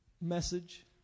message